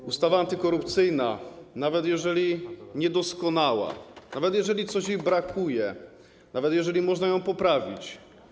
To ustawa antykorupcyjna, nawet jeżeli jest niedoskonała, nawet jeżeli czegoś jej brakuje, nawet jeżeli można ją poprawić.